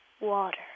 water